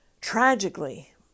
tragically